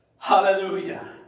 Hallelujah